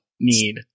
need